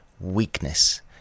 weakness